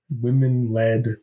women-led